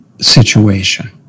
situation